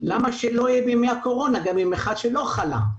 למה שלא יהיה בימי הקורונה גם עם אחד שלא חלה?